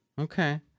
Okay